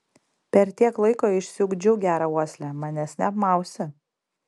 per tiek laiko išsiugdžiau gerą uoslę manęs neapmausi